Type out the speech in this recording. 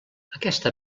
aquesta